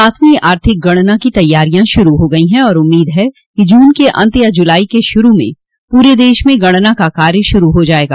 सातवीं आर्थिक गणना की तैयारियां शुरू हो गई हैं और उम्मीद है कि जून के अंत या जुलाई के शुरू में पूरे देश में गणना का कार्य शुरू हो जाएगा